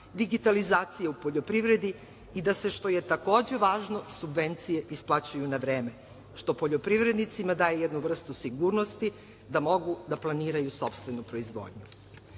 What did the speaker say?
digitalizacija u poljoprivredi i da se, što je takođe važno, subvencije isplaćuju na vreme, što poljoprivrednicima daje jednu vrstu sigurnosti da mogu da planiraju sopstvenu proizvodnju.Za